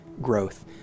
growth